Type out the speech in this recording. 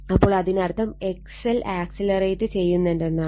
അപ്പോൾ അതിനർത്ഥം XL accelerate ചെയ്യുന്നുണ്ടെന്നാണ്